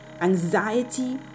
anxiety